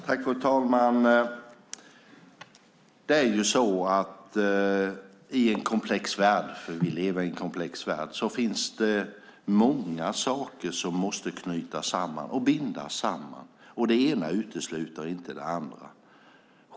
Fru talman! Det är ju så att det i en komplex värld - vi lever nämligen i en komplex värld - finns många saker som måste knytas samman och bindas samman. Det ena utesluter inte det andra.